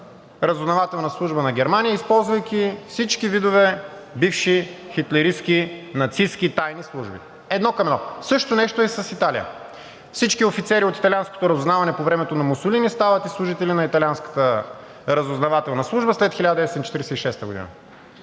разузнавателна служба на Германия, използвайки всички видове бивши хитлеристки, нацистки тайни служби – едно към едно. Същото нещо е с Италия. Всички офицери от италианското разузнаване по времето на Мусолини стават и служители на италианската разузнавателна служба след 1946 г.